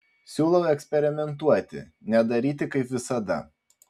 siūlau eksperimentuoti nedaryti kaip visada